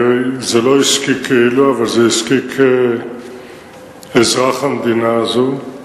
זה כאילו לא עסקי, אבל זה עסקי כאזרח המדינה הזאת.